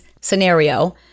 scenario